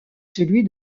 celui